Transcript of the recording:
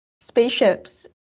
spaceships